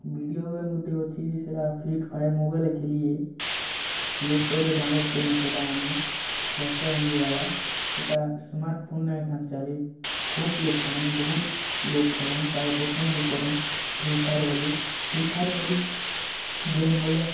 video game ଗୁଟେ ଅଛି ଯେ ସେଟା ଫିଟ୍ ଫାୟାର୍ ମୋବାଇଲ୍ରେ ଖେଲିୟେ ପ୍ଲେଷ୍ଟୋର୍ରେ ଡାଉନଲୋଡ୍ କର୍ନୁ ସେଟା ଆମେ ଶହ ଶହ ଏମ୍ ବି ଵାଲା ସେଟା ସ୍ମାର୍ଟଫୋନ୍ନେ ଏଖାନେ ଚାଲିବ୍ ଖୁବ୍ ଲୋକ ଖେଲନ୍ ବାହୁତ ଲୋକ ଖେଲନ୍ ତାକ ପସନ୍ଦ ବି କରନ୍ ଫ୍ରିଫାୟାର୍ ବୋଲି ଫ୍ରିଫାୟାର୍ ବୋଲି ଗେମ୍ ବୋଲେ